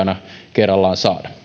kerrallaan